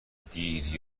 دیر